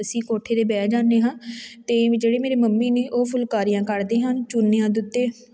ਅਸੀਂ ਕੋਠੇ 'ਤੇ ਬਹਿ ਜਾਂਦੇ ਹਾਂ ਅਤੇ ਜਿਹੜੇ ਮੇਰੇ ਮੰਮੀ ਨੇ ਉਹ ਫੁਲਕਾਰੀਆਂ ਕੱਢਦੇ ਹਨ ਚੁੰਨੀਆਂ ਦੇ ਉੱਤੇ